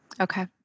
Okay